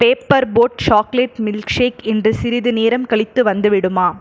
paper boat chocolate milk shake இன்று சிறிது நேரம் கழித்து வந்துவிடுமா